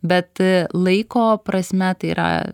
bet laiko prasme tai yra